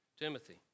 Timothy